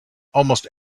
almost